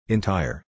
Entire